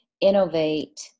innovate